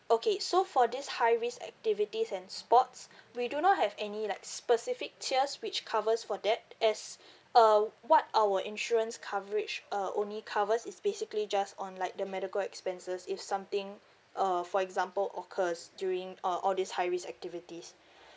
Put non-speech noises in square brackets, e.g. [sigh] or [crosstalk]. okay so for this high risk activities and sports we do not have any like specific tiers which covers for that as [breath] uh what our insurance coverage uh only covers is basically just on like the medical expenses if something uh for example occurs during uh all these high risk activities